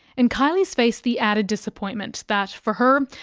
and kylie has faced the added disappointment that, for her,